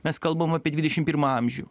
mes kalbam apie dvidešim pirmą amžių